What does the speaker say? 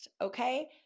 Okay